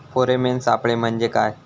Pheromone सापळे म्हंजे काय?